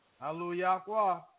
Hallelujah